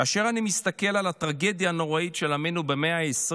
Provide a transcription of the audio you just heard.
כאשר אני מסתכל על הטרגדיה הנוראית של עמנו במאה ה-20